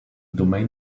domain